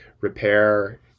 repair